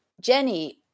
Jenny